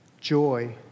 joy